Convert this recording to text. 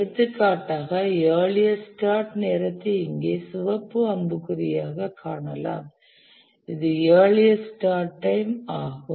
எடுத்துக்காட்டாக earliest start நேரத்தை இங்கே சிவப்பு அம்புக்குறியாக காணலாம் இது இயர்லியஸ்ட் ஸ்டார்ட் டைம் ஆகும்